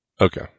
Okay